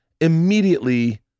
immediately